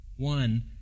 One